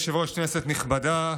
אדוני היושב-ראש, כנסת נכבדה,